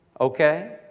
okay